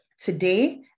Today